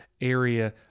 area